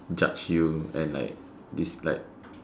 judge you and like this like